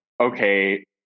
okay